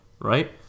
Right